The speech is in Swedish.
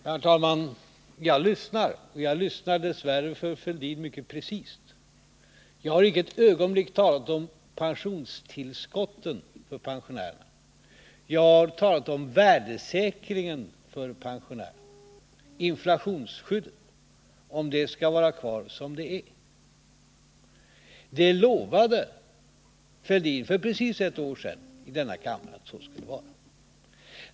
Herr talman! Jag lyssnar — och jag lyssnar dess värre för Thorbjörn Fälldin mycket precist. Jag har icke ett ögonblick talat om pensionstillskottet för pensionärerna. Vad jag har talat om är värdesäkringen för pensionerna, om inflationsskyddet skall vara kvar eller inte. Thorbjörn Fälldin lovade för precis ett år sedan i denna kammare att så skulle vara.